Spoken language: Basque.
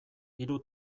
hiru